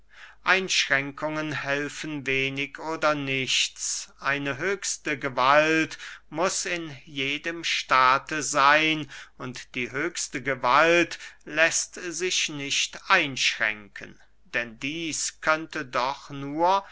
einschränkungen helfen wenig oder nichts eine höchste gewalt muß in jedem staate seyn und die höchste gewalt läßt sich nicht einschränken denn dieß könnte doch nur